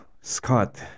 Scott